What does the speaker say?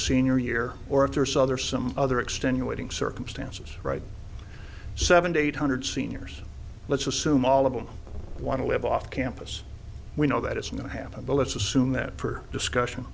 senior year or of their souther some other extenuating circumstances right seventy eight hundred seniors let's assume all of them want to live off campus we know that it's going to happen but let's assume that for discussion